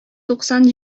туксан